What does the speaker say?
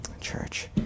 Church